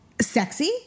sexy